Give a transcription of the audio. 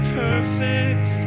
perfect